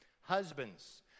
Husbands